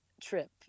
trip